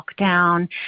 lockdown